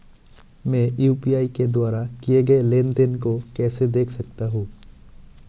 मैं यू.पी.आई के द्वारा किए गए लेनदेन को कैसे देख सकता हूं?